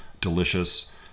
delicious